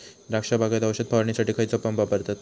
द्राक्ष बागेत औषध फवारणीसाठी खैयचो पंप वापरतत?